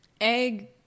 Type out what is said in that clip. egg